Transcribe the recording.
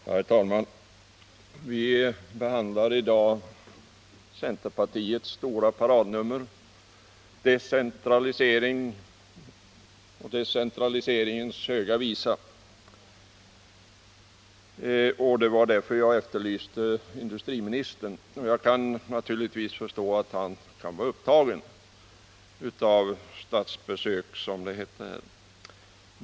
Herr talman! Vi behandlar i dag centerpartiets stora paradnummer: decentraliseringens höga visa. Det var därför jag efterlyste industriministern. Jag kan naturligtvis förstå att han kan vara upptagen av statsbesök, som det sades här.